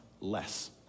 less